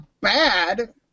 bad